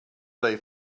they